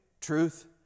truth